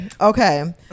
Okay